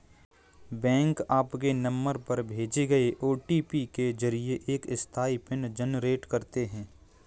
bank आपके number पर भेजे गए ओ.टी.पी के जरिए एक अस्थायी पिन जनरेट करते हैं